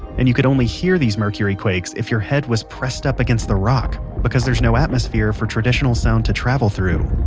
and you could only hear these mercury quakes if your head was pressed up against the rock, because there's no atmosphere for traditional sound to travel through